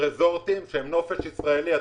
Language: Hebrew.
ריזורטים, שהם נופש ישראלי אטרקטיבי.